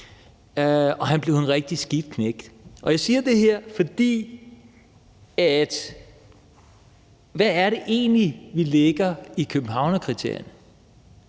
Michael blev en rigtig skidt knægt Jeg siger det her, for hvad er det egentlig, vi lægger i Københavnskriterierne?